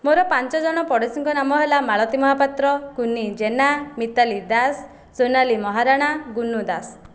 ମୋର ପାଞ୍ଚ ଜଣ ପଡ଼ୋଶୀଙ୍କ ନାମ ହେଲା ମାଳତୀ ମହାପାତ୍ର କୁନି ଜେନା ମିତାଲି ଦାସ ସୋନାଲି ମହାରଣା ଗୁନୁ ଦାସ